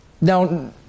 Now